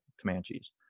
comanches